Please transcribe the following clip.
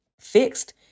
fixed